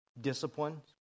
discipline